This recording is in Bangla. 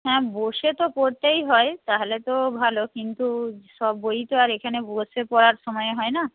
হ্যাঁ বসে তো পড়তেই হয় তাহলে তো ভালো কিন্তু সব বইই তো আর এখানে বসে পড়ার সময় হয় না